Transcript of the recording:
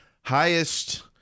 highest